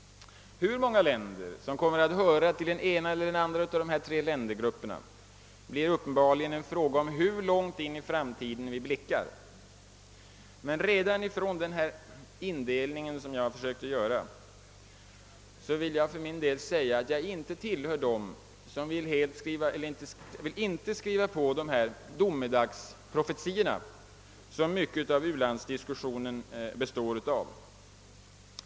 Hur många länder som kommer att höra till den ena eller andra av dessa tre ländergrupper är uppenbarligen en fråga om hur långt vi blickar in i framtiden. Men redan från den indelning som jag här har försökt göra framgår att jag inte tillhör dem som instämmer i de domedagsprofetior som mycket av u-landsdiskussionen består av.